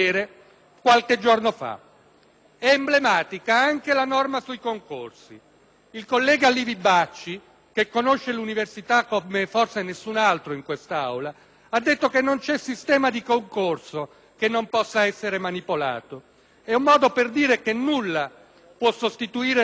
Emblematica è anche la norma sui concorsi. Il collega Livi Bacci, che conosce l'università come forse nessun altro in questa Aula, ha affermato che non c'è sistema di concorso che non possa essere manipolato. È un modo per dire che nulla può sostituire la qualità etica delle persone.